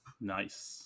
Nice